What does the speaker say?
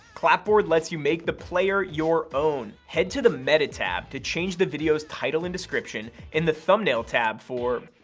clapboard lets you make the player your own. head to the meta tab to change the video's title and description, and the thumbnail tab for,